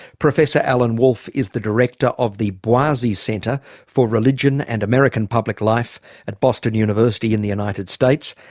professor alan wolfe is the director of the boisi center for religion and american public life at boston university in the united states.